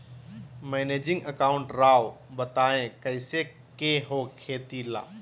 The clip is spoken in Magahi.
मैनेजिंग अकाउंट राव बताएं कैसे के हो खेती ला?